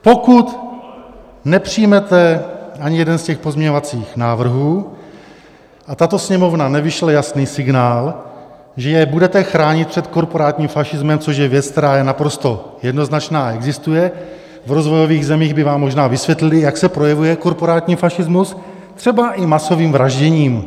Pokud nepřijmete ani jeden z těch pozměňovacích návrhů a tato Sněmovna nevyšle jasný signál, že je budete chránit před korporátním fašismem, což je věc, která je naprosto jednoznačná a existuje, v rozvojových zemích by vám možná vysvětlili, jak se projevuje korporátní fašismus, třeba i masovým vražděním.